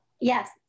Yes